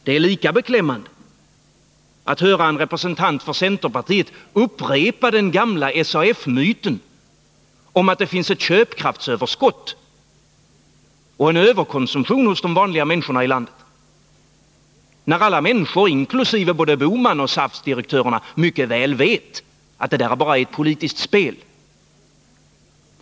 Det är lika beklämmande att höra en representant för centerpartiet upprepa den gamla SAF-myten om att det finns ett köpkraftsöverskott och en överkonsumtion hos de vanliga människorna i landet. Alla människor, inkl. både Gösta Bohman och SAF-direktörerna, vet mycket väl att detta bara är ett politiskt spel.